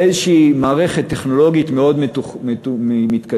איזושהי מערכת טכנולוגית מאוד מתקדמת,